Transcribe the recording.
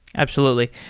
absolutely.